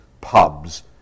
pubs